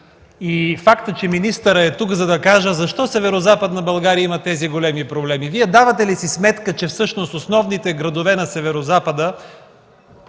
и факта, че министърът е тук, за да кажа защо Северозападна България има тези големи проблеми. Вие давате ли си сметка, че всъщност основните градове на Северозапада,